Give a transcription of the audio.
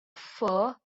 fur